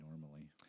normally